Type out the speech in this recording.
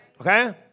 Okay